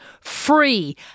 free